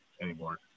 anymore